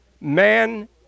man